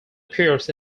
appears